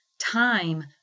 time